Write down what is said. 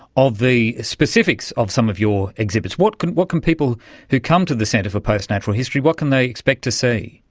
of the specifics of some of your exhibits. what can what can people who come to the centre for postnatural history, what can they expect to see?